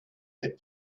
that